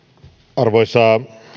arvoisa